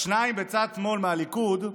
השניים בצד שמאל, מהליכוד,